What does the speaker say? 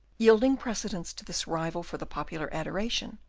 yielding precedence to this rival for the popular adoration,